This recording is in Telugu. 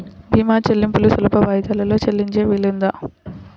భీమా చెల్లింపులు సులభ వాయిదాలలో చెల్లించే వీలుందా?